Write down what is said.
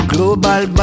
Global